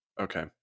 okay